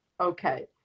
Okay